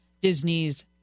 Disney's